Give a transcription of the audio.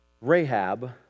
Rahab